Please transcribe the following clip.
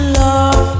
love